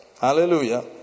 Hallelujah